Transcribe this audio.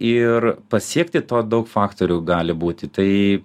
ir pasiekti to daug faktorių gali būti tai